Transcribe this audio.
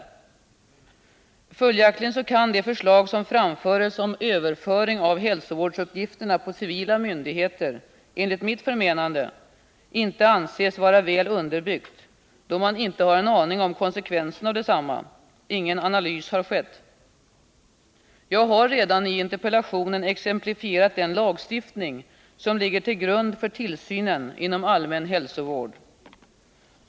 Följaktligen 18 december 1979 kan det förslag som framföres om överföring av hälsovårdsuppgifterna på civila myndigheter — enligt mitt förmenande— inte anses vara väl underbyggt, då man inte har en aning om konsekvenserna av detsamma. Ingen analys har skett. Jag har redan i interpellationen exemplifierat den lagstiftning som ligger kommunerna till grund för tillsynen inom allmän hälsovård.